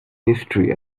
history